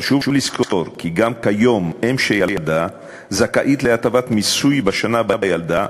חשוב לזכור כי גם כיום אם שילדה זכאית להטבת מיסוי בשנה שבה ילדה,